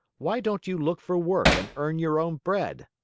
why don't you look for work and earn your own bread?